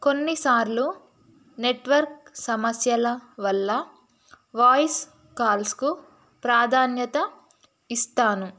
కొన్నిసార్లు నెట్వర్క్ సమస్యల వల్ల వాయిస్ కాల్స్కు ప్రాధాన్యత ఇస్తాను